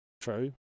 True